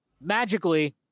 magically